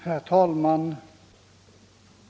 Herr talman!